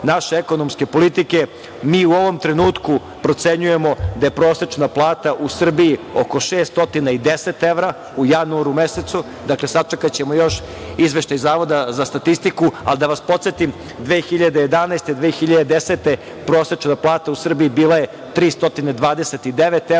naše ekonomske politike. Mi u ovom trenutku procenjujemo da je prosečna plata u Srbiji oko 610 evra u januaru mesecu. Sačekaćemo još izveštaj Zavoda za statistiku, ali da vas podsetim, 2010, 2011. godine prosečna plata u Srbiji je bila 329